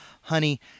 honey